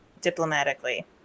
diplomatically